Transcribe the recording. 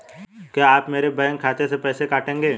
क्या आप मेरे बैंक खाते से पैसे काटेंगे?